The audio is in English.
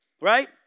right